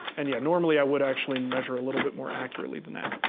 and yeah normally i would actually measure a little bit more accurately than that.